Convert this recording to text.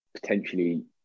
Potentially